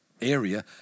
area